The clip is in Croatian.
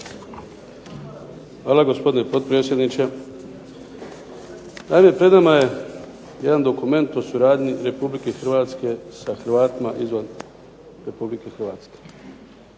Hvala gospodine potpredsjedniče. Naime, pred nama je jedan dokument o suradnji Republike Hrvatske sa HRvatima izvan Republike Hrvatske.